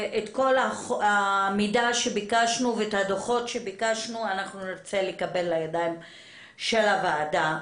המידע שביקשנו ואת הדוחות שביקשנו נרצה לקבל לידיים של הוועדה.